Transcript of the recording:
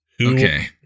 Okay